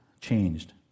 changed